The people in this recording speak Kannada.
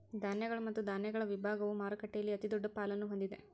ಧಾನ್ಯಗಳು ಮತ್ತು ಧಾನ್ಯಗಳ ವಿಭಾಗವು ಮಾರುಕಟ್ಟೆಯಲ್ಲಿ ಅತಿದೊಡ್ಡ ಪಾಲನ್ನು ಹೊಂದಿದೆ